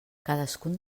cadascun